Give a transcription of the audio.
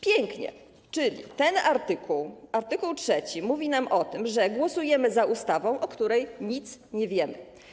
Pięknie, czyli ten artykuł, art. 3, mówi nam o tym, że głosujemy za ustawą, o której nic nie wiemy.